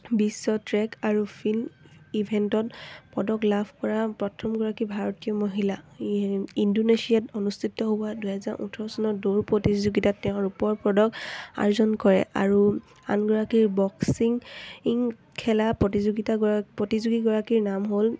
বিশ্ব track আৰু field ইভেণ্টত পদক লাভ কৰা প্ৰথমগৰাকী ভাৰতীয় মহিলা ইণ্ডোনেছিয়াত অনুষ্ঠিত হোৱা দুহেজাৰ ওঠৰ চনৰ দৌৰ প্ৰতিযোগিতাত তেওঁৰ ওপৰ পদক আৰ্জন কৰে আৰু আনগৰাকীৰ বক্সিং ইং খেলা প্ৰতিযোগিতাগৰাকী প্ৰতিযোগীগৰাকীৰ নাম হ'ল